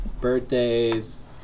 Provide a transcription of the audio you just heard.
Birthdays